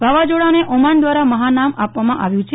વાવાઝોડાને ઓમાન દ્રારા મહા નામ આપવામાં આવ્યુ છે